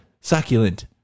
succulent